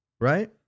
right